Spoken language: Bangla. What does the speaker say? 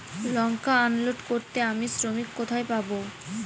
লঙ্কা আনলোড করতে আমি শ্রমিক কোথায় পাবো?